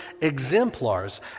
exemplars